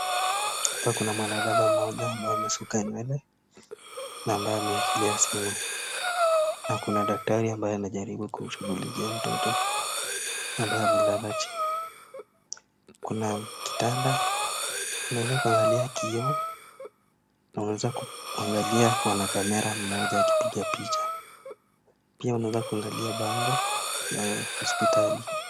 Hapa kuna mwanadada mmoja ambaye ameshuka nywele na ambaye ameshikilia simu, na kuna daktari ambaye amejaribu kushughulikia mtoto ambaye amelala chini, kuna kitanda unaeza kuangalia kioo na unaeza kuangalia mwanakamera mmoja akipiga picha pia unaeza kuangalia bango la hospitali.